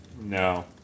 No